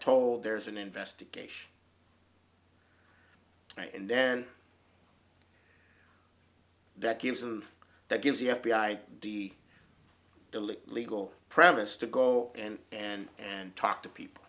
told there's an investigation right and then that gives them that gives the f b i dea delete legal premise to go and and and talk to people